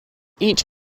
each